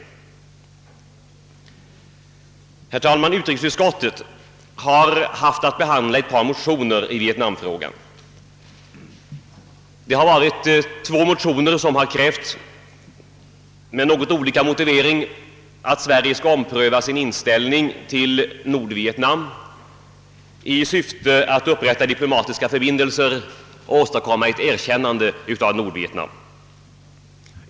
Utrikesutskottet har haft att behandla två motioner i vietnamfrågan vari med något olika motivering har krävts, att Sverige skall ompröva sin inställning till Nordvietnam i syfte att uppträda diplomatiska förbindelser och åstadkomma ett erkännande av Nordvietnam.